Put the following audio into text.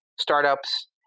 startups